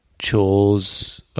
chores